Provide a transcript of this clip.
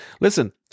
Listen